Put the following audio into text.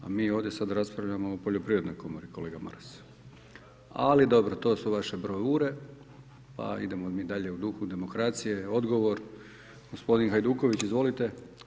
A mi ovdje sada raspravljamo o poljoprivrednoj komori, kolega Maras, ali dobro, to su vaše bravure, pa idemo mi dalje u duhu demokracije, odgovor, gospodin Hajduković, izvolite.